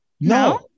No